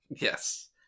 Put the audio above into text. Yes